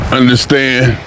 understand